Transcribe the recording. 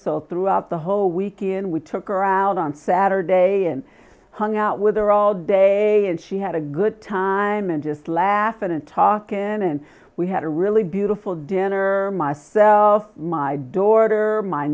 so throughout the whole weekend we took her out on saturdays and hung out with her all day and she had a good time and just laugh and talk in and we had a really beautiful dinner myself my dorter my